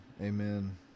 amen